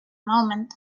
moment